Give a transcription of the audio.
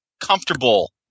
comfortable